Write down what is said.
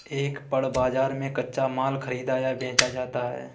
एक पण्य बाजार में कच्चा माल खरीदा या बेचा जाता है